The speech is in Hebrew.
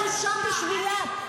אנחנו שם בשבילם.